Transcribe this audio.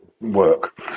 work